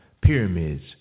Pyramids